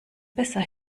besser